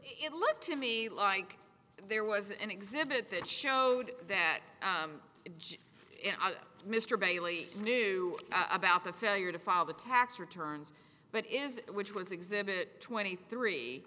it looked to me like there was an exhibit that showed that mr bailey knew about the failure to file the tax returns but is which was exhibit twenty three